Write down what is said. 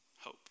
Hope